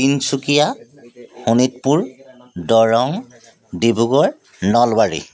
Tinsukia Sonitpur Darrang Dibrugarh Nalbari